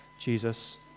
Jesus